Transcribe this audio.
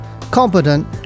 competent